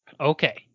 Okay